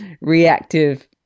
reactive